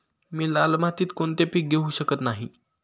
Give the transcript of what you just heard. मी लाल मातीत कोणते पीक घेवू शकत नाही?